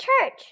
church